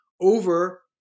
over